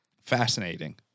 Fascinating